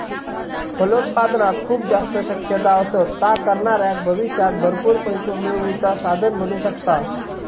फलोत्पादनात खूप जास्त शक्यता असत, ता करणाऱ्याक भविष्यात भरपूर पैसो मिळवुचा साधन बनू शकता